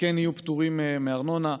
שכן יהיו פטורים מארנונה,